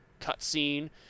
cutscene